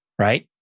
right